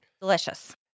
Delicious